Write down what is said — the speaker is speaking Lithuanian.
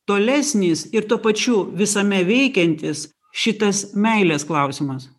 tolesnis ir tuo pačiu visame veikiantis šitas meilės klausimas